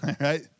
right